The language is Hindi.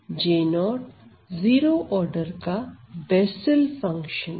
J0 जीरो ऑर्डर का बेसल फंक्शन Bessels function है